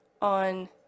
on